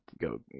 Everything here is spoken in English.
go